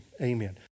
Amen